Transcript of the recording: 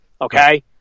okay